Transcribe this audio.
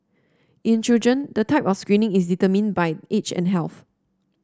in children the type of screening is determined by age and health